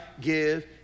give